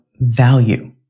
value